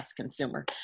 consumer